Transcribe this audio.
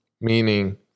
meaning